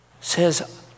says